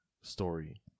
story